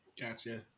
gotcha